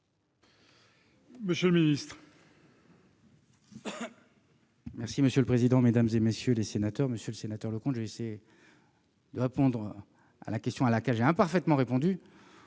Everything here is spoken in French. monsieur le ministre,